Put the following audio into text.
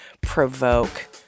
provoke